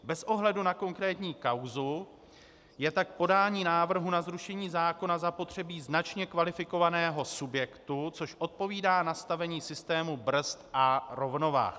Bez ohledu na konkrétní kauzu je tak k podání návrhu na zrušení zákona zapotřebí značně kvalifikovaného subjektu, což odpovídá nastavení systému brzd a rovnovah.